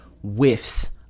whiffs